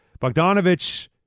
Bogdanovich